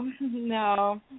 no